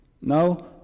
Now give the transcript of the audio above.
Now